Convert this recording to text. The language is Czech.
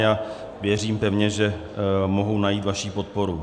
A věřím pevně, že mohou najít vaši podporu.